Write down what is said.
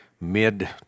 mid